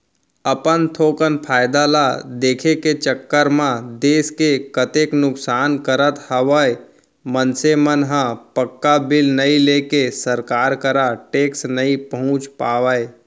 अपन थोकन फायदा ल देखे के चक्कर म देस के कतेक नुकसान करत हवय मनसे मन ह पक्का बिल नइ लेके सरकार करा टेक्स नइ पहुंचा पावय